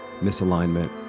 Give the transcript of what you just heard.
misalignment